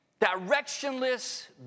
directionless